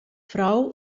frau